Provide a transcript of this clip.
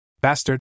Bastard